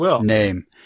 name